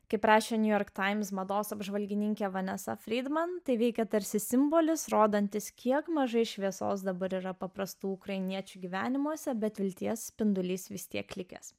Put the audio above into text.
kaip rašė niujork times mados apžvalgininkė vanesa frydman tai veikė tarsi simbolis rodantis kiek mažai šviesos dabar yra paprastų ukrainiečių gyvenimuose bet vilties spindulys vis tiek likęs